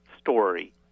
story